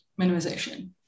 minimization